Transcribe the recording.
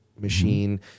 machine